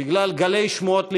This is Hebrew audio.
בגלל גלי שמועות למיניהן,